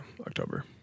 October